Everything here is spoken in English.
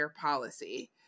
policy